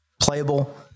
playable